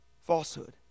falsehood